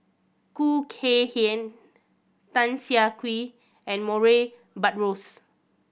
Khoo Kay Hian Tan Siah Kwee and Murray Buttrose